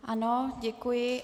Ano, děkuji.